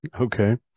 Okay